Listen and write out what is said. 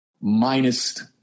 minus